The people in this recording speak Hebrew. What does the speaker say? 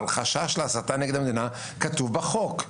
על חשש להסתה נגד המדינה כתוב בחוק.